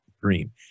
dream